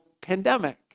pandemic